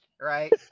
right